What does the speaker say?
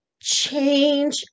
change